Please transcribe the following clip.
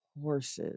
horses